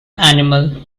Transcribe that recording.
animal